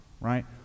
right